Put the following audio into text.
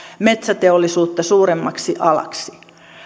metsäteollisuutta suuremmaksi alaksi